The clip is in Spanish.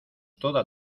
toda